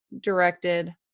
directed